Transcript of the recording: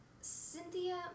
Cynthia